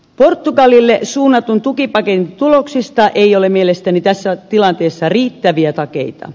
portugalille suunnatun tukipaketin tuloksista ei ole mielestäni tässä tilanteessa riittäviä takeita